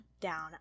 down